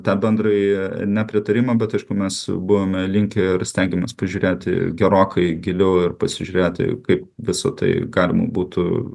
tą bendrąjį nepritarimą bet aišku mes buvome linkę ir stengiamės pažiūrėti gerokai giliau ir pasižiūrėti kaip visa tai galima būtų